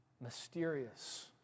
mysterious